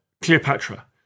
Cleopatra